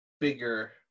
bigger